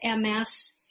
MS